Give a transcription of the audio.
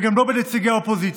וגם לא בנציגי האופוזיציה.